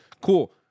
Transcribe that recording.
cool